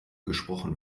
gesprochen